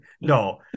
No